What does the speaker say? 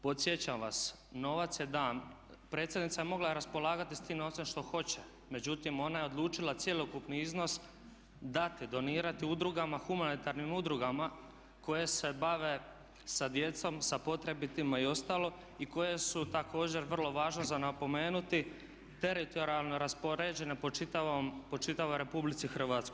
Podsjećam vas novac je dan, predsjednica je mogla raspolagati s tim novcem što hoće, međutim ona je odlučila cjelokupni iznos dati, donirati udrugama, humanitarnim udrugama koje se bave sa djecom, sa potrebitima i ostalo i koje su također vrlo važno za napomenuti teritorijalno raspoređene po čitavoj RH.